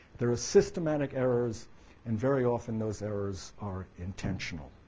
there are systematic errors and very often those errors are intentional.